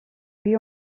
puy